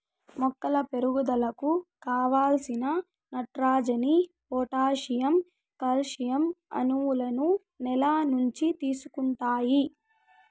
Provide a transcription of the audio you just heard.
మొక్కల పెరుగుదలకు కావలసిన నత్రజని, పొటాషియం, కాల్షియం, ఇనుములను నేల నుంచి తీసుకుంటాయి